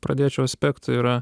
pradėčiau aspektų yra